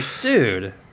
dude